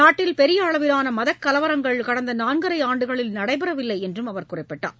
நாட்டில் பெரிய அளவிலான மதக் கலவரங்கள் கடந்த நான்கரை ஆண்டுகளில் நடைபெறவில்லை என்றும் அவர் குறிப்பிட்டார்